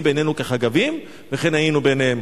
בעינינו כחגבים וכן היינו בעיניהם".